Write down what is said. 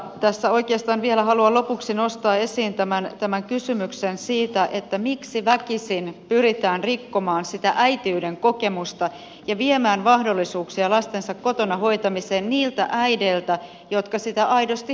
tässä oikeastaan haluan vielä lopuksi nostaa esiin tämän kysymyksen siitä miksi väkisin pyritään rikkomaan sitä äitiyden kokemusta ja viemään mahdollisuuksia lastensa kotona hoitamiseen niiltä äideiltä jotka sitä aidosti haluavat